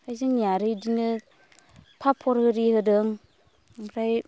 ओमफ्राय जोंनिया आरो बिदिनो पाप'र आरि होदों ओमफ्राय